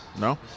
No